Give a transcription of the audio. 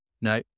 No